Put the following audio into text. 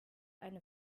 eine